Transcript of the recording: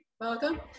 Welcome